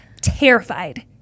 terrified